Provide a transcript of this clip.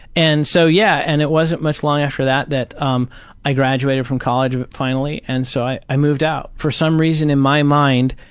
and, so, yeah, and it wasn't much longer after that that um i graduated from college but finally and so i i moved out. for some reason in my mind,